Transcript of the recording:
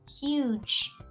huge